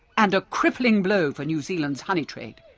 and a crippling blow for new zealand's honey trade!